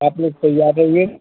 आप लोग तैयार रहिए